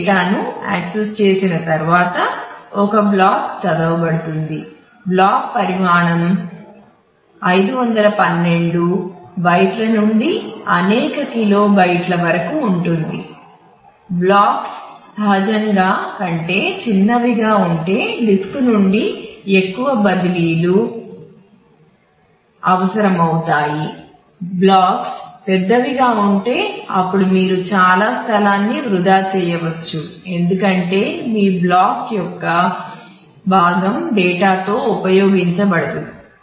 డేటాతో ఉపయోగించబడదు